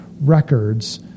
records